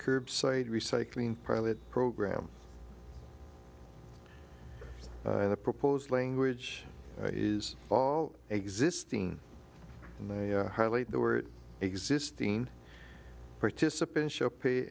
curbside recycling pilot program in the proposed language is vaal existing and they highlight the word existing participants show pay